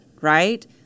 right